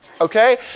Okay